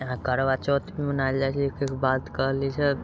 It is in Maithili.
यहाँ करवा चौथ भी मनायल जाइत छै एहिके बाद कहली से